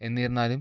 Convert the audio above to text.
എന്നിരുന്നാലും